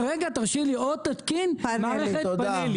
או שתתקין מערכת תרמו-סולארית או תתקין מערכת פאנלים